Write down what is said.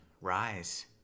rise